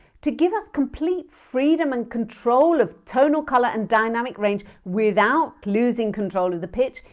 to give us complete freedom and control of tonal colour and dynamic range without losing control of the pitch,